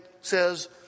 says